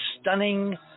stunning